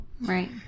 Right